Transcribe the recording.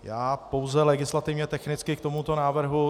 Já pouze legislativně technicky k tomuto návrhu.